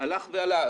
הלך ועלה.